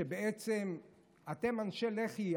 אנשי לח"י,